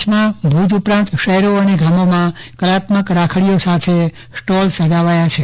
કચ્છ ભૂજં ઉપરાંત શહેરો ગામોમાં કલાત્મક રાખડીઓ સાથે સ્ટોલ સજાવાયા છે